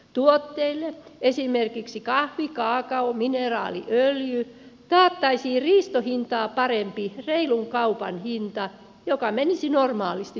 tuotteille esimerkiksi kahvi kaakao mineraaliöljy taattaisiin riistohintaa parempi reilun kaupan hinta joka menisi normaalisti tuottajille